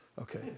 Okay